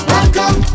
Welcome